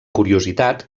curiositat